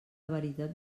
veritat